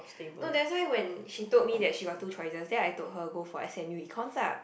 no that's why when she told me that she got two choices then I told her go for s_m_u econs ah